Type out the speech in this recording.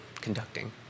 conducting